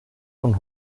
von